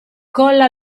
colla